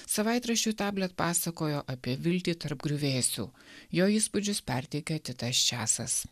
savaitraščiui tablet pasakojo apie viltį tarp griuvėsių jo įspūdžius perteikė titas česas